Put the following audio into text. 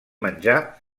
menjar